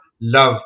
love